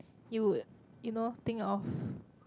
you would you know think of